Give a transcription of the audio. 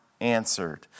answered